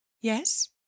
Yes